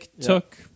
took